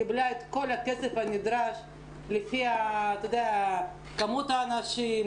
קיבלה את כל הכסף הנדרש לפי כמות האנשים,